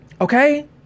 Okay